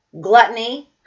Gluttony